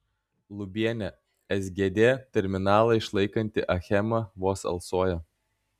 lubienė sgd terminalą išlaikanti achema vos alsuoja